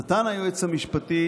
נתן היועץ המשפטי